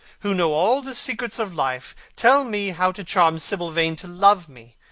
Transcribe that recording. who know all the secrets of life, tell me how to charm sibyl vane to love me!